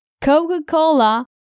Coca-Cola